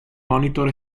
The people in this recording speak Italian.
monitor